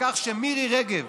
וכך מירי רגב